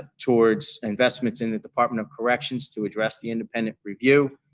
towards investments in the department of corrections to address the independent review.